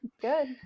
Good